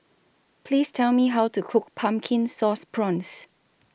Please Tell Me How to Cook Pumpkin Sauce Prawns